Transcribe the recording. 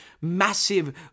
massive